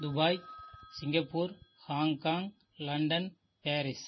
Dubai Singapore Hong Kong London Paris